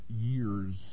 years